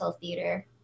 Theater